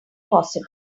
possible